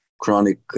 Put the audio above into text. chronic